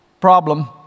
Problem